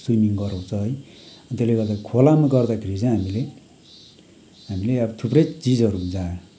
swimming गराउँछ है त्यसले गर्दा खोलामा गर्दाखेरि चाहिँ हामीले हामीले अब थुप्रै चिजहरू हुन्छ